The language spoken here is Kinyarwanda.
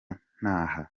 ntaha